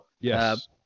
yes